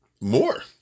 More